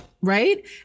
right